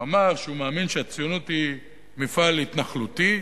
הוא אמר שהוא מאמין שהציונות היא מפעל התנחלותי.